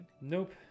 nope